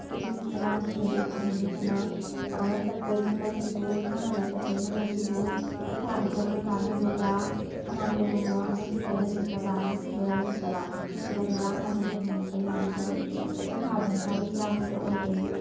ꯑꯁꯨꯝ ꯃꯦꯗꯥꯝ ꯈꯣꯏꯗꯒꯤ ꯈꯪꯅꯤꯡꯉꯤꯁꯤꯅ ꯃꯥꯅ ꯆꯠꯄꯒꯤ ꯃꯇꯝꯁꯤꯕꯨ ꯁꯥꯟꯅꯕꯒꯤ ꯆꯠꯄꯒꯤ ꯃꯇꯝꯁꯤꯕꯨ ꯄꯔꯤꯈꯥ ꯃꯇꯝꯒ ꯆꯥꯟꯅꯗꯧꯔꯕ꯭ꯔꯥ ꯀꯃꯥꯏꯅ ꯇꯧꯕꯅꯣ ꯑꯃꯁꯨ ꯁꯣꯏꯍꯟꯅꯤꯡꯗꯕ ꯑꯃꯁꯨ ꯁꯣꯏꯍꯟꯅꯤꯡꯗꯕ ꯁꯤꯗ ꯃꯦꯗꯥꯝꯗ ꯍꯪꯖꯅꯤꯡꯉꯛꯄꯩꯅꯤꯅꯦ ꯇꯧꯔꯛꯏꯁꯦ ꯄꯔꯤꯈꯥꯁꯤꯅ ꯇꯥꯔꯤꯛ ꯀꯌꯥꯃꯨꯛꯇ ꯑꯣꯏꯗꯣꯏꯅꯣ